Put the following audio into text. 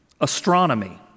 astronomy